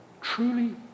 Truly